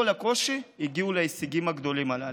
הקושי הם הגיעו להישגים הגדולים הללו.